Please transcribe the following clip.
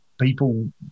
people